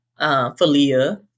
Falia